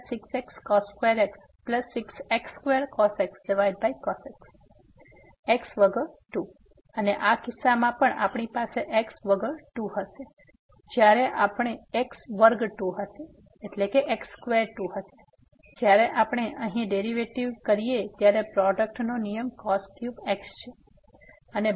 અને આ કિસ્સામાં પણ અમારી પાસે x વગર 2 હશે જ્યારે આપણે અહીં આ ડેરીવેટીવ કરીએ ત્યારે પ્રોડક્ટ નો નિયમ x છે